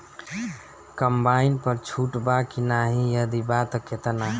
Combine पर छूट बा की नाहीं यदि बा त केतना?